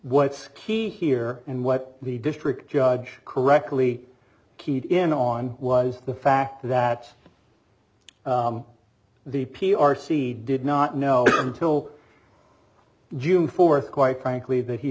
what's key here and what the district judge correctly keyed in on was the fact that the p r c did not know until june fourth quite frankly that he